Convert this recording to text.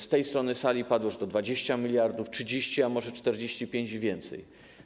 Z tej strony sali padło, że to 20 mld, 30, a może 45 i więcej.